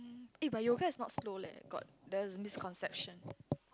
eh but yoga is not slow leh got there is misconception